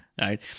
right